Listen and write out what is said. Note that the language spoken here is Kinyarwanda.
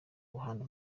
ruhando